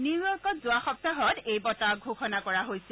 নিউয়ৰ্কত যোৱা সপ্তাহত এই বঁটাৰ ঘোষণা কৰা হৈছিল